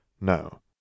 No